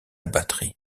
batterie